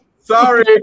sorry